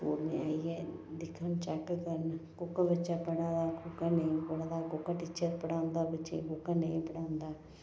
स्कूलें आइयै दिक्खन चैक करन कोह्का बच्चा पढ़ा दा कोह्का नेईं पढ़ा दा कोह्का टीचर पढ़ांदे बच्चें गी कोह्का नेईं पढ़ांदा